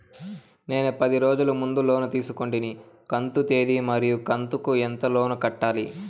నేను పది రోజుల ముందు లోను తీసుకొంటిని కంతు తేది మరియు కంతు కు ఎంత లోను కట్టాలి?